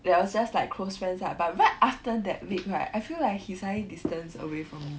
that was just like close friends lah but right after that week right I feel like he suddenly distance away from me